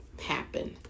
happen